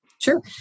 Sure